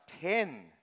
ten